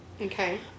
Okay